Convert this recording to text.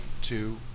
two